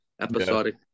episodic